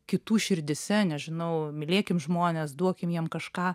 kitų širdyse nežinau mylėkim žmones duokim jiem kažką